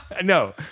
No